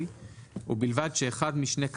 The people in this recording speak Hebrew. ובלבד שאחד משני החברים,